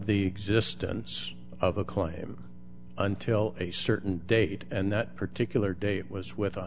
the existence of a claim until a certain date and that particular date was with a